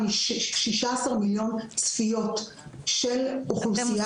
מ-16 מיליון צפיות של אוכלוסיית היעד.